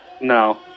No